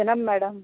తినము మేడమ్